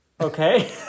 okay